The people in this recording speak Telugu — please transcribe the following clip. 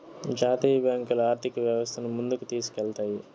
జాతీయ బ్యాంకులు ఆర్థిక వ్యవస్థను ముందుకు తీసుకెళ్తాయి